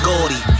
Gordy